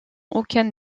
aucun